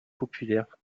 populaires